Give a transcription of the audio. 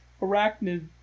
arachnid